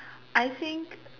I think